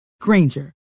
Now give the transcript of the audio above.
Granger